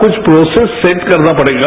कुछ process set करना पड़ेगा